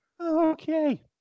Okay